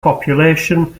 population